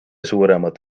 suuremad